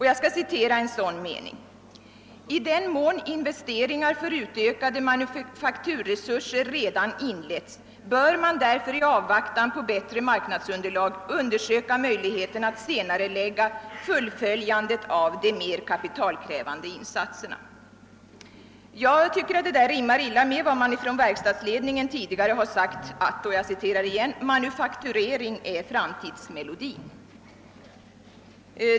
Jag kan citera en sådan mening: »I den mån investeringar för utökade manufakturresurser redan inletts bör man därför i avvaktan på bättre marknadsunderlag undersöka möjligheten att senarelägga fullföljande av de mer kapitalkrävande insatserna.» Jag tycker att detta rimmar illa med vad som från verkstadsledningen tidigare har sagts, nämligen att >Manufakturering är framtidsmelodin>.